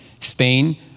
Spain